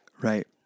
right